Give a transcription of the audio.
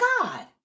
God